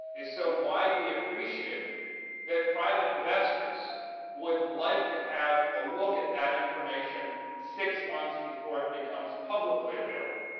is so widely appreciated that private investors would like to have a look at that information six months before it becomes publicly available.